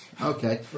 Okay